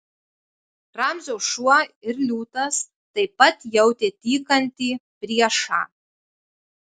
ramzio šuo ir liūtas taip pat jautė tykantį priešą